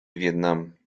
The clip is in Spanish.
vietnam